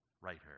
writer